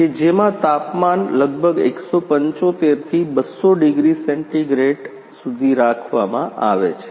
કે જેમાં તાપમાન લગભગ 175 થી 200 ડિગ્રી સેન્ટીગ્રેડ સુધી રાખવામાં આવે છે